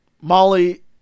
Molly